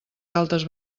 galtes